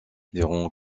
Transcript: durant